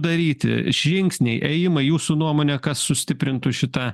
daryti žingsniai ėjimai jūsų nuomone kas sustiprintų šitą